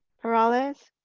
peralez,